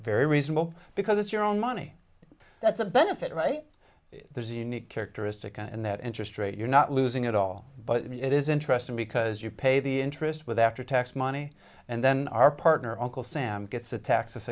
very reasonable because it's your own money that's a benefit right there's a unique characteristic and that interest rate you're not losing it all but it is interesting because you pay the interest with after tax money and then our partner uncle sam gets a ta